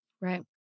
Right